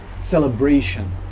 celebration